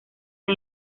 han